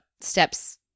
steps